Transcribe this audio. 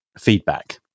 feedback